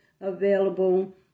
available